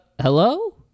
hello